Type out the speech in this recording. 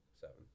Seven